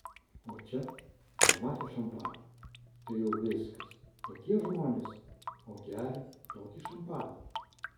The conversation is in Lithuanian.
o čia pamatė šampaną tai jau viskas tokie žmonės o gerią tokį šampaną